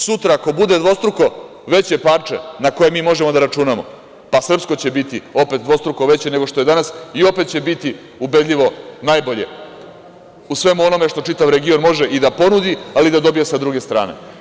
Sutra ako bude dvostruko veće parče na koje mi možemo da računamo, pa srpsko će biti opet dvostruko veće nego što je danas, i opet će biti ubedljivo najbolje u svemu onome što čitav region može i da ponudi, ali i da dobije sa druge strane.